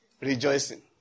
rejoicing